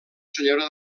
senyora